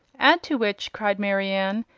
add to which, cried marianne,